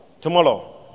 Tomorrow